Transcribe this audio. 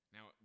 Now